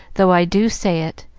though i do say it.